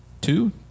two